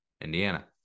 Indiana